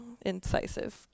incisive